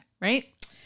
right